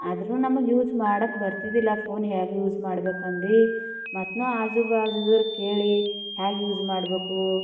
ಆದರೂ ನಮಗೆ ಯೂಸ್ ಮಾಡೋಕೆ ಬರ್ತಿದ್ದಿಲ್ಲ ಫೋನ್ ಹೇಗೆ ಯೂಸ್ ಮಾಡ್ಬೇಕಂದು ಮತ್ತು ನಾ ಆಜೂ ಬಾಜೂದವ್ರ್ ಕೇಳಿ ಹೇಗೆ ಯೂಸ್ ಮಾಡಬೇಕು